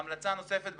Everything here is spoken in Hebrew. מומלץ כי